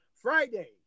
Friday